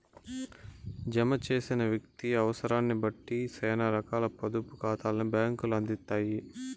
జమ చేసిన వ్యక్తి అవుసరాన్నిబట్టి సేనా రకాల పొదుపు కాతాల్ని బ్యాంకులు అందిత్తాయి